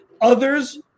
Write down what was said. Others